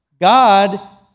God